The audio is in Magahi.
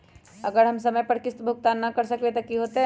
अगर हम समय पर किस्त भुकतान न कर सकवै त की होतै?